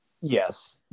Yes